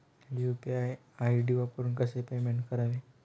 UPI ID वापरून कसे payment करावे?